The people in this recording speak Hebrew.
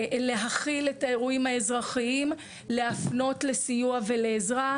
להחיל את האירועים האזרחיים להפנות לסיוע ולעזרה.